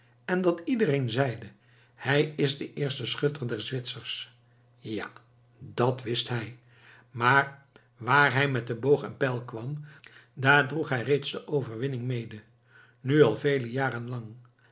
en dat iedereen zeide hij is de eerste schutter der zwitsers ja dat wist hij waar hij met boog en pijl kwam daar droeg hij steeds de overwinning mede nu al vele jaren lang